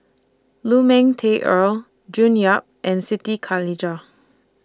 Lu Ming Teh Earl June Yap and Siti Khalijah